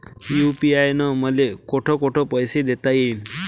UPI न मले कोठ कोठ पैसे देता येईन?